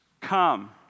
come